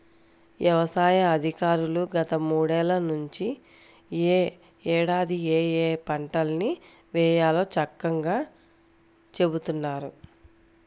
యవసాయ అధికారులు గత మూడేళ్ళ నుంచి యే ఏడాది ఏయే పంటల్ని వేయాలో చక్కంగా చెబుతున్నారు